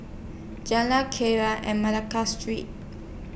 Jalan and Malacca Street